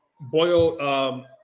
Boyle